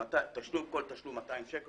כל תשלום 100 או 200 שקל,